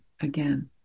again